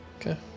Okay